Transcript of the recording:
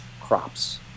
crops